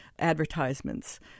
advertisements